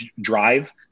drive